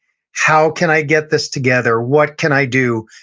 how can i get this together? what can i do?